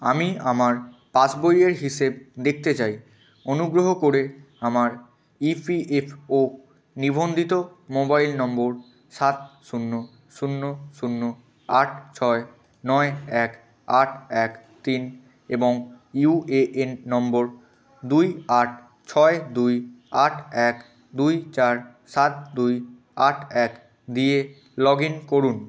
আমি আমার পাসবইয়ের হিসেব দেখতে চাই অনুগ্রহ করে আমার ইপিএফও নিবন্ধিত মোবাইল নম্বর সাত শূন্য শূন্য শূন্য আট ছয় নয় এক আট এক তিন এবং ইউএএন নম্বর দুই আট ছয় দুই আট এক দুই চার সাত দুই আট এক দিয়ে লগ ইন করুন